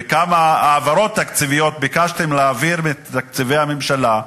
וכמה העברות תקציביות ביקשתם להעביר מתקציבי הממשלה,